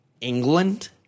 England